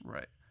Right